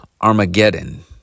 Armageddon